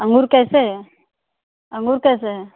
अँगूर कैसे है अँगूर कैसे है